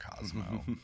cosmo